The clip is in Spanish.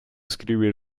escribir